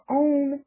own